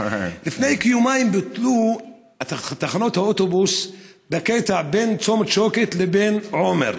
לפני כיומיים בוטלו תחנות האוטובוס בקטע בין צומת שוקת ובין עומר.